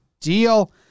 deal